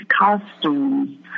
costumes